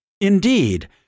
Indeed